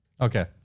Okay